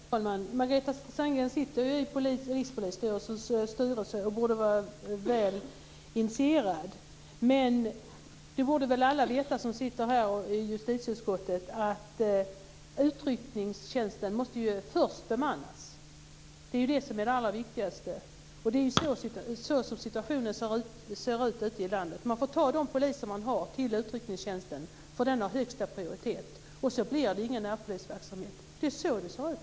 Fru talman! Margareta Sandgren sitter ju i Rikspolisstyrelsens styrelse och borde vara väl initierad. Men det borde väl alla veta som sitter i justitieutskottet att utryckningstjänsten först måste bemannas. Det är det allra viktigaste. Det är så situationen ser ut ute i landet. Man får ta de poliser man har till utryckningstjänsten, för den har högsta prioritet. Då blir det ingen närpolisverksamhet. Det är så det ser ut.